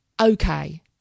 okay